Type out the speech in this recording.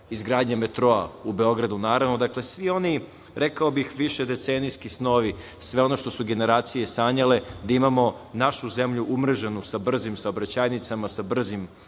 izgradnje metroa u Beogradu, naravno, dakle, svi oni rekao bih višedecenijski snovi, sve ono što su generacije sanjale, da imamo našu zemlju umreženu sa brzim saobraćajnicama, sa brzim